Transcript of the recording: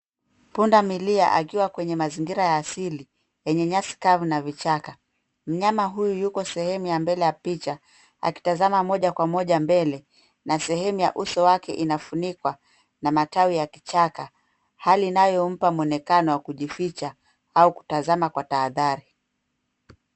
Punda milia akiwa kwenye mazingira ya asili yenye nyasi kavu na vichaka. Mnyama huyu yuko sehemu ya mbele ya picha akitazama moja kwa moja mbele na sehemu ya uso wake inafunikwa na matawi ya kichaka. Hali inayompa mwonekano wa kujificha au kutazama kwa taathari.